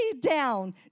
down